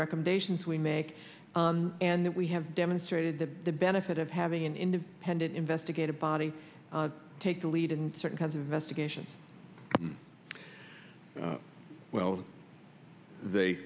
recommendations we make and that we have demonstrated that the benefit of having an independent investigative body take the lead in certain kinds of investigations well they